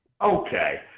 Okay